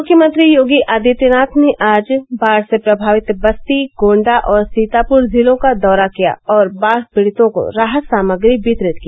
मुख्यमंत्री योगी आदित्यनाथ ने आज बाढ़ से प्रभावित बस्ती गोण्डा और सीतापुर जिलों का दौरा किया और बाढ़ पीड़ितों को राहत सामग्री वितरित की